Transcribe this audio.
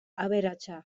aberatsa